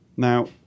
Now